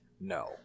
no